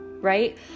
right